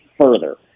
further